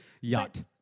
Yacht